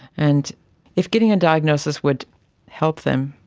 and if getting a diagnosis would help them,